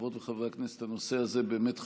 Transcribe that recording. חברות וחברי הכנסת, הנושא הזה באמת חשוב,